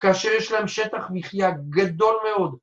‫כאשר יש להם שטח מחייה גדול מאוד.